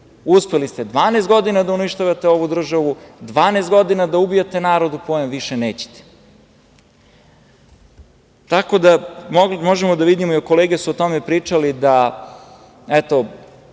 Uspeli ste 12 godina da uništavate ovu državu, 12 godina da ubijate narod u pojam, više nećete. Tako da, možemo da vidimo, kolege su o tome pričale, da, eto,